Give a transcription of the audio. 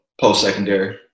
post-secondary